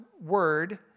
word